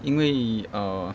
因为 err